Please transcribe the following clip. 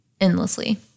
endlessly